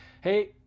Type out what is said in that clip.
hey